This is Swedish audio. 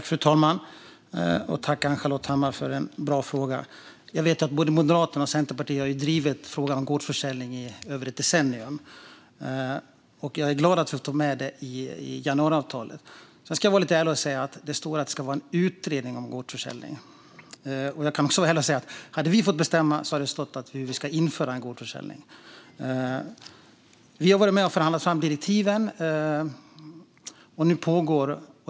Fru talman! Jag tackar Ann-Charlotte Hammar Johnsson för en bra fråga. Både Moderaterna och Centerpartiet har drivit frågan om gårdsförsäljning i över ett decennium. Jag är glad att vi har tagit med det i januariavtalet. Sedan ska jag vara lite ärlig och säga att det står att det ska göras en utredning om gårdsförsäljning. Jag kan också säga att om vi hade fått bestämma hade det stått att vi ska införa gårdsförsäljning. Vi har varit med och förhandlat fram direktiven.